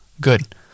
Good